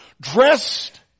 dressed